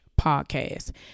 podcast